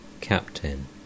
CAPTAIN